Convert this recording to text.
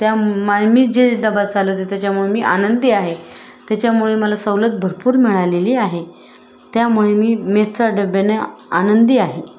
त्या मा मी जे डबा चालवते त्याच्यामुळे मी आनंदी आहे त्याच्यामुळे मला सवलत भरपूर मिळालेली आहे त्यामुळे मी मेसचा डब्याने आनंदी आहे